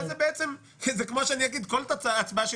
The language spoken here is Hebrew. שזה כפי שאגיד שכל תוצאת ההצבעה שלי